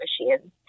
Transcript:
machines